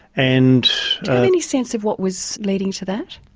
and any sense of what was leading to that?